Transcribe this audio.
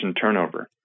turnover